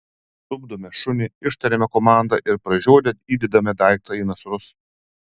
tupdome šunį ištariame komandą ir pražiodę įdedame daiktą į nasrus